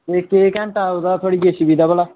ते केह् घैंटा थुआढ़ी जेसीबी दा भला